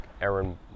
Aaron